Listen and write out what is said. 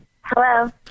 Hello